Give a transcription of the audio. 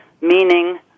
meaning